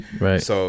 right